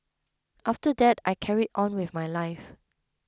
after that I carried on with my life